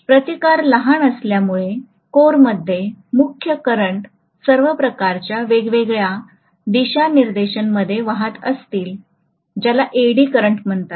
प्रतिकार लहान असल्यामुळे कोरमध्ये मुख्य करंट सर्व प्रकारच्या वेगवेगळ्या दिशानिर्देशमध्ये वाहत असतील ज्याला एडी करंट म्हणतात